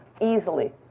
easily